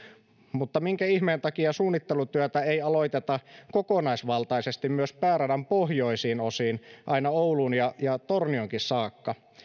mutta minkä ihmeen takia suunnittelutyötä ei aloiteta kokonaisvaltaisesti myös pääradan pohjoisiin osiin aina ouluun ja ja tornioonkin saakka